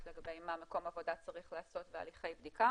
לגבי מה מקום עבודה צריך לעשות בהליכי בדיקה